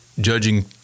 judging